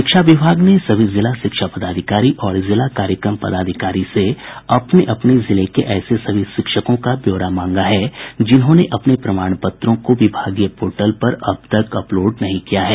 शिक्षा विभाग ने सभी जिला शिक्षा पदाधिकारी और जिला कार्यक्रम पदाधिकारी से अपने अपने जिले के ऐसे सभी शिक्षकों का ब्यौरा मांगा है जिन्होंने अपने प्रमाण पत्रों को विभागीय पोर्टल पर अब तक अपलोड नहीं किया है